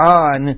on